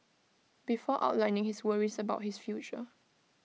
before outlining his worries about his future